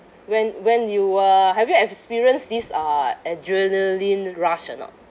when when you were have you experienced this uh adrenaline rush or not